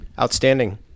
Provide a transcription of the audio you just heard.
Outstanding